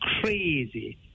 crazy